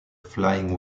flying